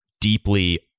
deeply